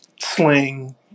sling